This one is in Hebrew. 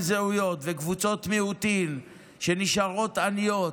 זהויות וקבוצות מיעוטים שנשארות עניות,